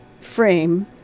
frame